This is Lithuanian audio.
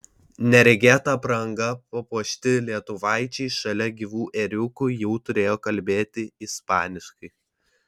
neregėta apranga papuošti lietuvaičiai šalia gyvų ėriukų jau turėjo kalbėti ispaniškai